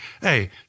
hey